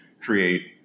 create